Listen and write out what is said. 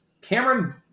Cameron